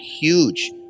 huge